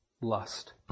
lust